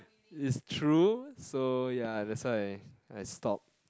it's true so ya that's why I I stopped